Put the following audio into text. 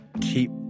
keep